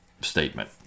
statement